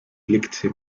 blickte